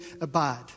abide